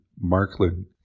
Markland